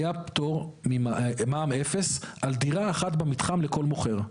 היה פטור, מע"מ אפס, על דירה אחת במתחם לכל מוכר.